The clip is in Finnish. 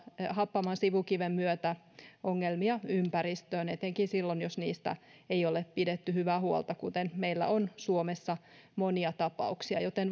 happaman sivukiven myötä ongelmia ympäristöön etenkin silloin jos niistä ei ole pidetty hyvää huolta kuten meillä on suomessa monia tapauksia joten